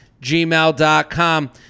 gmail.com